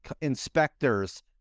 inspectors